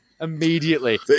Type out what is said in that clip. Immediately